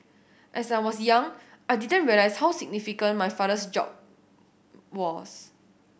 as I was young I didn't realise how significant my father's job was